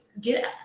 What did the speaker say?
get